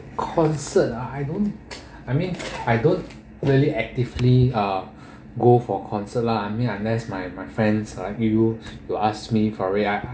concert ah I don't I mean I don't really actively uh go for concert lah I mean unless my friends like you to ask me for it